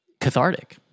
cathartic